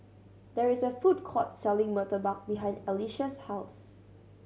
there is a food court selling murtabak behind Alycia's house